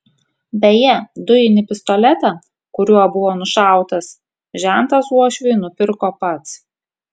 beje dujinį pistoletą kuriuo buvo nušautas žentas uošviui nupirko pats